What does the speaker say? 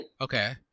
Okay